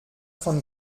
von